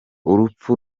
urupfu